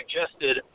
suggested